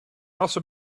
also